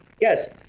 Yes